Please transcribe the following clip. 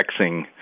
texting